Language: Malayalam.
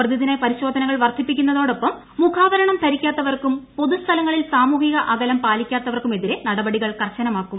പ്രതിദിന പരിശോധനകൾ വർദ്ധിപ്പിക്കുന്നതോടൊപ്പം മുഖാവരണം ധരിക്കാത്തവർക്കും പൊതുസ്ഥലങ്ങളിൽസാമൂഹിക അകലം പ്രിലിക്കാത്തവർക്കുമെതിരെ നടപടികൾ കർശനമാക്കും